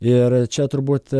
ir čia turbūt